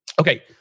Okay